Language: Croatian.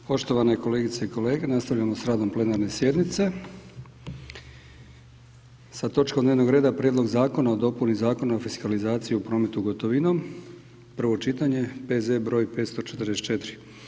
Poštovane kolegice i kolege, nastavljamo s radom plenarne sjednice sa točkom dnevnog reda: - Prijedlog zakona o dopuni Zakona o fiskalizaciji u prometu gotovinom, prvo čitanje, P.Z. br. 544.